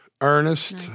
Ernest